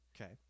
Okay